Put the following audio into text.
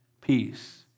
Peace